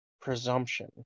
presumption